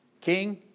King